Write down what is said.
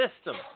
system